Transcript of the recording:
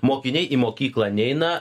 mokiniai į mokyklą neina